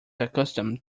accustomed